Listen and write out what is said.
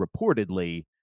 reportedly –